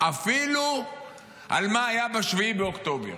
אפילו על מה שהיה ב-7 באוקטובר,